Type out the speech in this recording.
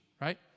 right